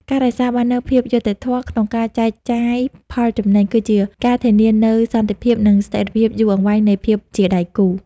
ការរក្សាបាននូវ "ភាពយុត្តិធម៌" ក្នុងការចែកចាយផលចំណេញ គឺជាការធានានូវសន្តិភាព និងស្ថិរភាពយូរអង្វែងនៃភាពជាដៃគូ។